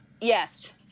Yes